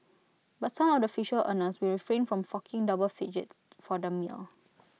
but some of the visual earners will refrain from forking double digits for the meal